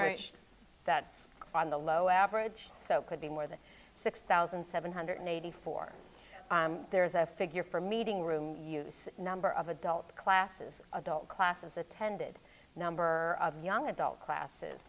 marriage that's on the low average so could be more than six thousand seven hundred eighty four there is a figure for meeting room use number of adult classes adult classes attended number of young adult classes